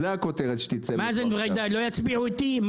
זאת הכותרת שתצא --- מאזן וג'ידא לא יצביעו איתי?